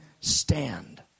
stand